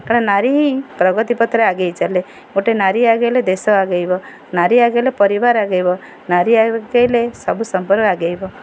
କାରଣ ନାରୀ ହିଁ ପ୍ରଗତି ପଥରେ ଆଗେଇ ଚାଲେ ଗୋଟେ ନାରୀ ଆଗେଇଲେ ଦେଶ ଆଗେଇବ ନାରୀ ଆଗେଇଲେ ପରିବାର ଆଗେଇବ ନାରୀ ଆଗେଇଲେ ସବୁ ସମ୍ପର୍କ ଆଗେଇବ